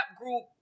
group